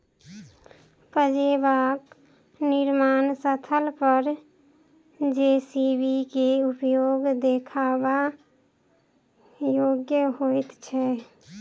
पजेबाक निर्माण स्थल पर जे.सी.बी के उपयोग देखबा योग्य होइत छै